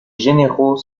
généraux